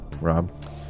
Rob